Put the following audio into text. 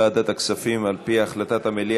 לסדר-היום ולהעביר את הנושא לוועדת הכספים נתקבלה.